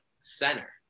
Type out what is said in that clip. center